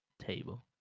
table